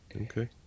Okay